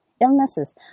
illnesses